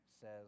says